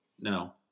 No